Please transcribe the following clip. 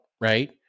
right